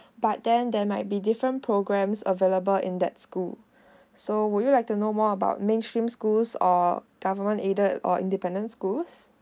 but then there might be different programs available in that school so would you like to know more about mainstream schools or government aided or independence school